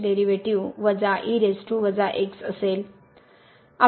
तर y तसाच आहे आणि चे डेरीवेटीव असेल